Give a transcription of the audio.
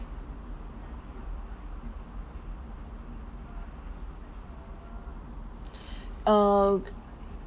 err